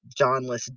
Johnless